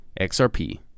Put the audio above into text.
XRP